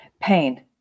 pain